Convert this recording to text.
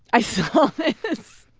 i saw this